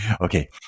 Okay